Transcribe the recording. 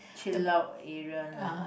chill out area lah